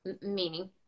meaning